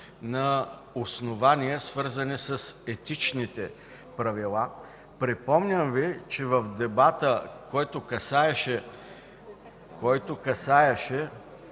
на основания, свързани с етичните правила. Припомням Ви, че в дебата, който касаеше,